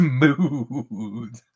Smooth